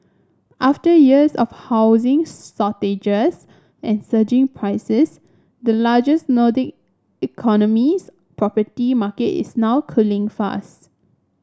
after years of housing shortages and surging prices the largest Nordic economy's property market is now cooling fast